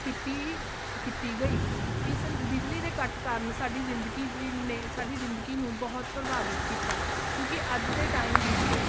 ਕੀਤੀ ਕੀਤੀ ਗਈ ਇਸ ਬਿਜਲੀ ਦੇ ਕੱਟ ਕਾਰਨ ਸਾਡੀ ਜ਼ਿੰਦਗੀ ਵੀ ਨੇ ਸਾਡੀ ਜ਼ਿੰਦਗੀ ਨੂੰ ਬਹੁਤ ਪ੍ਰਭਾਵਿਤ ਕੀਤਾ ਕਿਉਂਕਿ ਅੱਜ ਦੇ ਟਾਈਮ ਵਿੱਚ